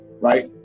right